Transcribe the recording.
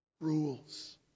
rules